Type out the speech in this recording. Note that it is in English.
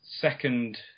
second –